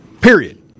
period